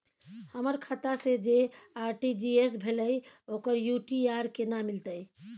हमर खाता से जे आर.टी.जी एस भेलै ओकर यू.टी.आर केना मिलतै?